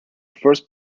first